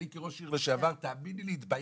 אני כראש עיר לשעבר, תאמיני לי, התביישתי.